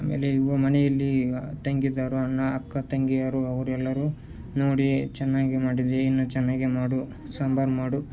ಆಮೇಲೆ ಇವ ಮನೆಯಲ್ಲಿ ತಂಗಿಯರು ಅಣ್ಣ ಅಕ್ಕ ತಂಗಿಯರು ಅವ್ರು ಎಲ್ಲರು ನೋಡಿ ಚೆನ್ನಾಗಿ ಮಾಡಿದ್ದೆ ಇನ್ನೂ ಚೆನ್ನಾಗಿ ಮಾಡು ಸಾಂಬಾರು ಮಾಡು